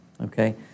okay